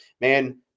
man